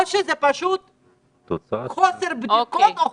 או שזה פשוט חוסר בדיקות,